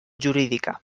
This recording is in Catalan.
jurídica